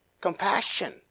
compassion